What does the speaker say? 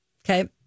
Okay